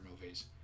movies